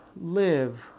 live